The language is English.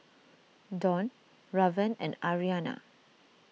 Dawne Raven and Arianna